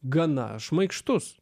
gana šmaikštus